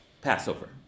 Passover